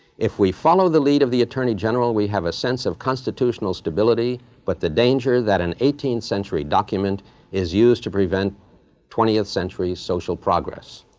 if we follow the lead of the attorney general, we have a sense of constitutional stability but the danger that an eighteenth century document is used to prevent twentieth century social progress.